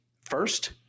first